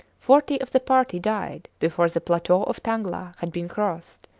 forty of the party died before the plateau of tangla had been crossed,